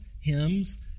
hymns